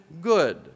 good